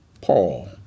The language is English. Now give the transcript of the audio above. Paul